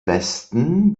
westen